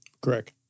Correct